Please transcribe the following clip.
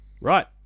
right